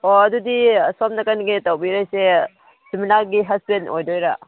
ꯑꯣ ꯑꯗꯨꯗꯤ ꯑꯁꯣꯝ ꯅꯥꯀꯟꯒꯤ ꯇꯧꯕꯤꯔꯩꯁꯦ ꯁꯨꯃꯤꯂꯥꯒꯤ ꯍꯁꯕꯦꯟ ꯑꯣꯏꯗꯣꯏꯔꯥ